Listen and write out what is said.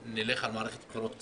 נלך על מערכת בחירות קצרה,